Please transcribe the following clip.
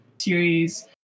series